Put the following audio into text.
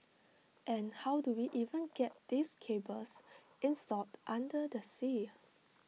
and how do we even get these cables installed under the sea